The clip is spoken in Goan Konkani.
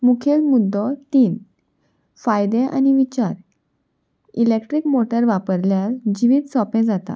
मुखेल मुद्दो तीन फायदे आनी विचार इलेक्ट्रीक मोटर वापरल्यार जिवीत सोंपें जाता